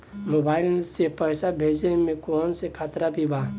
Mobile से पैसा भेजे मे कौनों खतरा भी बा का?